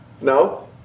no